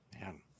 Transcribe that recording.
Man